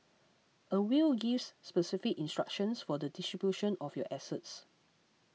a will gives specific instructions for the distribution of your assets